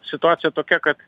situacija tokia kad